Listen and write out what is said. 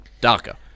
darker